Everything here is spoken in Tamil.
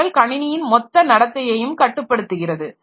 அவைகள் கணினியின் மொத்த நடத்தையையும் கட்டுப்படுத்துகிறது